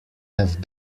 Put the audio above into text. have